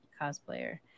cosplayer